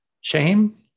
Shame